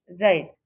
Right